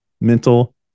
mental